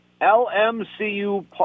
LMCU